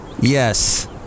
Yes